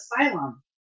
asylum